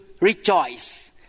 rejoice